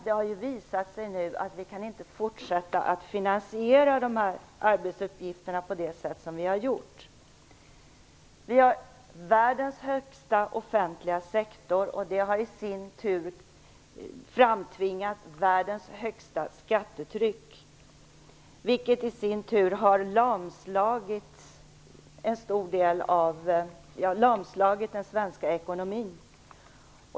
Det har dock visat sig att vi inte kan fortsätta att finansiera de här arbetsuppgifterna på samma sätt som tidigare. Vi har världens största offentliga sektor. Det i sin tur har framtvingat världens högsta skattetryck. Därmed har den svenska ekonomin lamslagits.